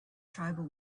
tribal